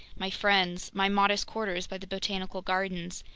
my friends, my modest quarters by the botanical gardens,